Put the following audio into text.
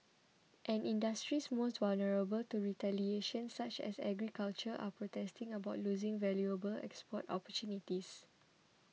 and industries most vulnerable to retaliation such as agriculture are protesting about losing valuable export opportunities